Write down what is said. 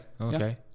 okay